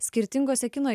skirtingose kino